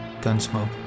Gunsmoke